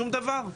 שום דבר.